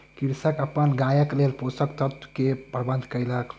कृषक अपन गायक लेल पोषक तत्व के प्रबंध कयलक